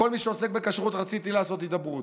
עם כל מי שעוסק בכשרות רציתי לעשות הדיברות.